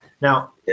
Now